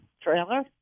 Trailer